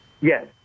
Yes